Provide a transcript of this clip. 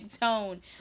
tone